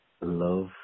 love